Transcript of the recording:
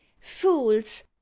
fools